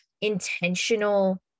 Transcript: intentional